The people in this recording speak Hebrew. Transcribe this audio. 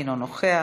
אינו נוכח,